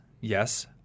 Yes